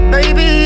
Baby